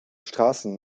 straße